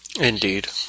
Indeed